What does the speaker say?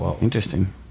Interesting